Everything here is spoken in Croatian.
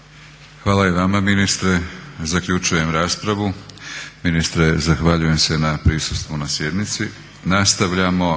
Hvala i vama ministre. Zaključujem raspravu. Ministre zahvaljujem se na prisustvu na sjednici.